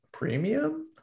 premium